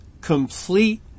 complete